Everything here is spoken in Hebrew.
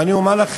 ואני אומר לכם,